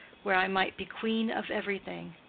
where i might be queen of everything.